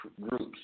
groups